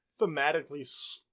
thematically